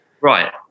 Right